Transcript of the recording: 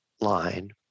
line